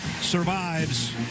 survives